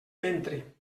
ventre